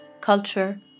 culture